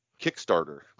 kickstarter